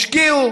השקיעו,